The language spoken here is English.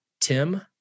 tim